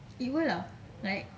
I will lah like